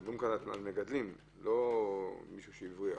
מדברים כאן על מגדלים, לא מישהו שהבריח.